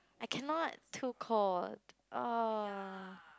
I cannot too cold uh